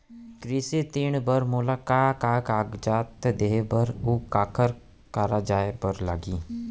कृषि ऋण बर मोला का का कागजात देहे बर, अऊ काखर करा जाए बर लागही?